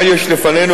מה יש לפנינו,